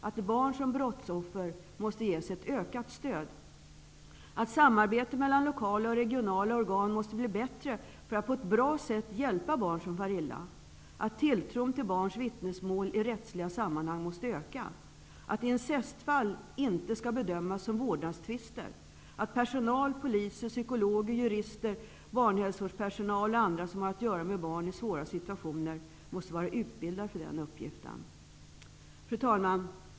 att barn såsom brottsoffer måste ges ökat stöd, att samarbetet mellan lokala och regionala organ måste bli bättre för att på ett bra sätt hjälpa barn som far illa, att tilltron till barns vittnesmål i rättsliga sammanhang måste öka, att incestfall inte skall bedömas såsom vårdnadstvister och att personal, poliser, psykologer, jurister, barnhälsovårdspersonal och andra som har att göra med barn i svåra situationer måste vara utbildade för den uppgiften. Fru talman!